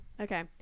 Okay